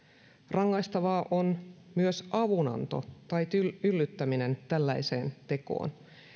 rangaistavaa on myös avunanto tai yllyttäminen tällaiseen tekoon